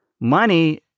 money